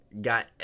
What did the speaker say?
got